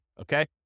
okay